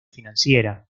financiera